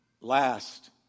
Last